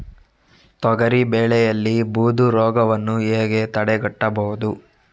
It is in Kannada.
ತೊಗರಿ ಬೆಳೆಯಲ್ಲಿ ಬೂದು ರೋಗವನ್ನು ಹೇಗೆ ತಡೆಗಟ್ಟಬಹುದು?